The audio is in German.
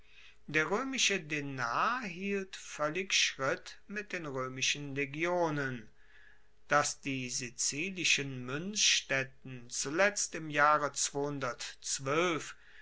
der roemische denar hielt voellig schritt mit den roemischen legionen dass die sizilischen muenzstaetten zuletzt im jahre